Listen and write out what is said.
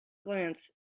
glance